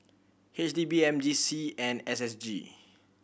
H D B M G C and S S G